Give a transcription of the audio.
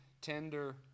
tender